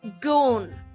gone